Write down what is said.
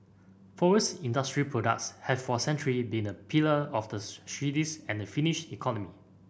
forest industry products have for centuries been a pillar of the Swedish and Finnish economy